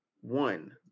one